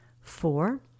Four